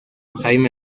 jaime